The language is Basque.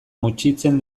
mutxitzen